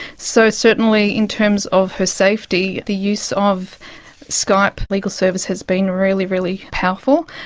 so certainly in terms of her safety, the use of skype legal service has been really, really powerful.